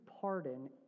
pardon